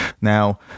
now